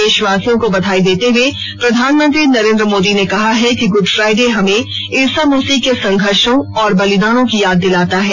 देशवासियों को बधाई देते हुए प्रधानमंत्री नरेन्द्र मोदी ने कहा है कि गुड फ्राइडे हमें ईसा मसीह के संघर्षों और बलिदानों की याद दिलाता है